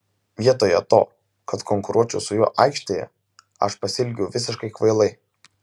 vietoje to kad konkuruočiau su juo aikštėje aš pasielgiau visiškai kvailai